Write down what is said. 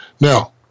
Now